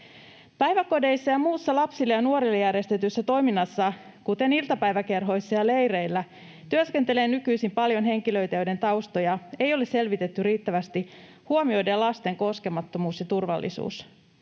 Päiväkodeissa ja muussa lapsille ja nuorille järjestetyssä toiminnassa, kuten iltapäiväkerhoissa ja leireillä, työskentelee nykyisin paljon henkilöitä, joiden taustoja ei ole selvitetty riittävästi huomioiden lasten koskemattomuus ja turvallisuus.